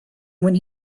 when